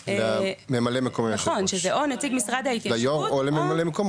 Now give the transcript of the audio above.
או לנציג משרד ההתיישבות --- ליו"ר או לממלא מקומו.